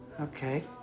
Okay